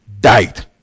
died